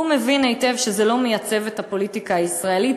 הוא מבין היטב שזה לא מייצב את הפוליטיקה הישראלית,